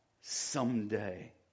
someday